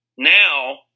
Now